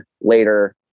later